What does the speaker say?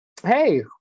Hey